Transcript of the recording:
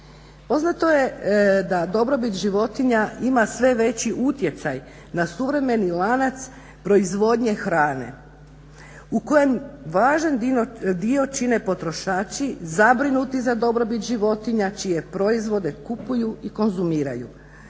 Poznato je da dobrobit životinja ima sve veći utjecaj na suvremeni lanac proizvodnje hrane u kojem važan dio čine potrošači zabrinuti za dobrobit životinja čije proizvode kupuju i konzumiraju.